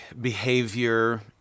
behavior